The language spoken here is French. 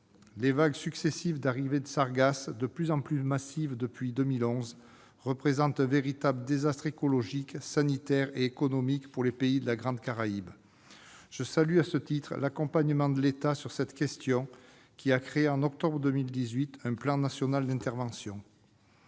Les vagues successives de sargasses, de plus en plus massives depuis 2011, représentent un véritable désastre écologique, sanitaire et économique pour les pays de la Grande Caraïbe. Je salue, à ce titre, l'accompagnement de l'État, qui a créé en octobre 2018 un plan national d'intervention.